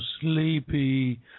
sleepy